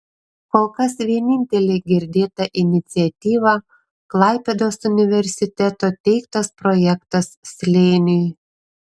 kol kas vienintelė girdėta iniciatyva klaipėdos universiteto teiktas projektas slėniui